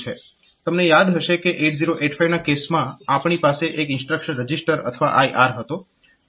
તમને યાદ હશે કે 8085 ના કેસમાં આપણી પાસે એક ઇન્સ્ટ્રક્શન રજીસ્ટર અથવા IR હતો